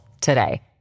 today